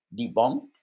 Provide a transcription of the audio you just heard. debunked